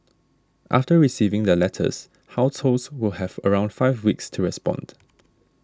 after receiving their letters households will have around five weeks to respond